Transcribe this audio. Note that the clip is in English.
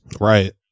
Right